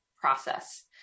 process